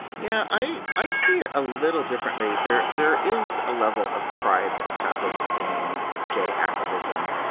yeah, i i see it a little differently there. there is a level of pride that's happened in gay activism,